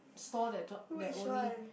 stall that that only